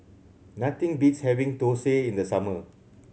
nothing beats having dosa in the summer